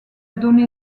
donné